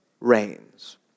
reigns